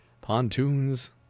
pontoons